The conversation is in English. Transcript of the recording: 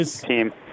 team